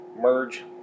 merge